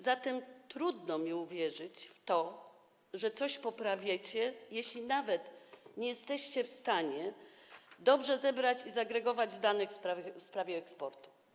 Zatem trudno mi uwierzyć w to, że coś poprawiacie, jeśli nawet nie jesteście w stanie dobrze zebrać i zagregować danych na temat eksportu.